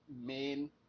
main